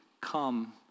come